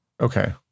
Okay